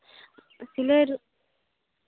ᱥᱤᱞᱟᱹᱭ